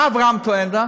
מה אברהם טוען?